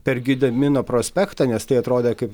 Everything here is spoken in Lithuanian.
per gedimino prospektą nes tai atrodė kaip